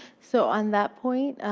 so on that point,